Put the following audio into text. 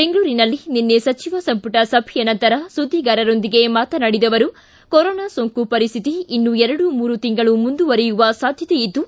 ಬೆಂಗಳೂರಿನಲ್ಲಿ ನಿನ್ನೆ ಸಚಿವ ಸಂಪುಟ ಸಭೆಯ ನಂತರ ಸುದ್ಗಿಗಾರರೊಂದಿಗೆ ಮಾತನಾಡಿದ ಅವರು ಕೊರೊನಾ ಸೋಂಕು ಪರಿಸ್ಥಿತಿ ಇನ್ನೂ ಎರಡು ಮೂರು ತಿಂಗಳು ಮುಂದುವರಿಯುವ ಸಾಧ್ಯತೆ ಇದ್ದು